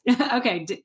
Okay